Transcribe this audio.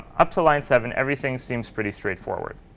up to line seven, everything seems pretty straightforward.